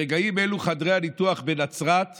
ברגעים אלו חדרי הניתוח בנצרת סגורים,